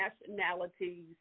nationalities